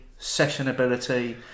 sessionability